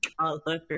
color